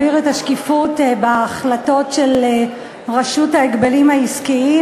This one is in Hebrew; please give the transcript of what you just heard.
כל כך של הביטוח הסיעודי הקבוצתי,